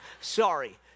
Sorry